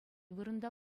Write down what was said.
вырӑнта